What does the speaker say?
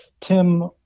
Tim